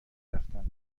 رفتند